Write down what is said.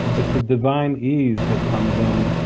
it's a divine ease that comes in.